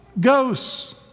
ghosts